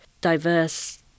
diverse